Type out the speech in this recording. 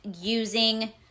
using